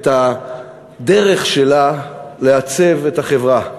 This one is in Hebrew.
את הדרך שלה לעצב את החברה.